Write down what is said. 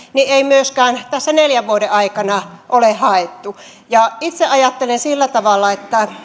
ei myöskään tässä neljän vuoden aikana ole haettu itse ajattelen sillä tavalla että